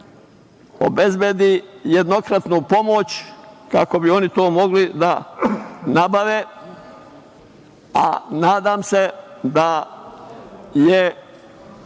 obezbedi jednokratnu pomoć, kako bi oni to mogli da nabave, a nadam se da je